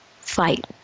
fight